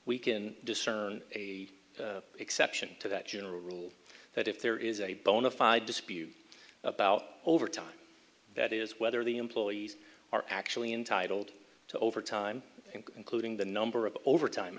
we can discern a exception to that general rule that if there is a bona fide dispute about overtime that is whether the employees are actually intitled to overtime and including the number of overtime